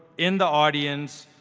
in the audience,